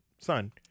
son